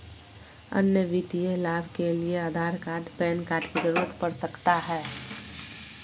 अन्य वित्तीय लाभ के लिए आधार कार्ड पैन कार्ड की जरूरत पड़ सकता है?